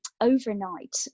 overnight